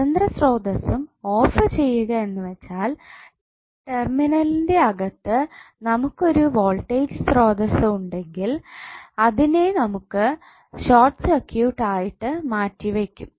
സ്വതന്ത്ര സ്രോതസ്സും ഓഫ് ചെയ്യുക എന്നുവെച്ചാൽ ടെർമിനലിന്റെ അകത്ത് നമുക്കൊരു വോൾട്ടേജ് സ്രോതസ്സ് ഉണ്ടെങ്കിൽ അതിനെ നമ്മൾ ഷോർട്ട് സർക്യൂട്ട് ആയിട്ട് മാറ്റിവെക്കും